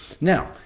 Now